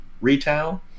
Retail